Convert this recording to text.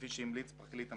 כפי שהמליץ פרקליט המדינה.